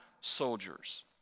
soldiers